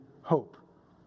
hope